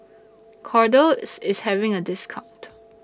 Kordel's IS having A discount